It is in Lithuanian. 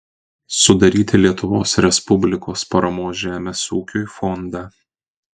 sudaryti lietuvos respublikos paramos žemės ūkiui fondą